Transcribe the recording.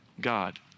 God